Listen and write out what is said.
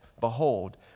behold